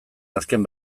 azken